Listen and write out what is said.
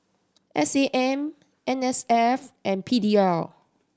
S A M N S F and P D L